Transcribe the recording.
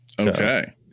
okay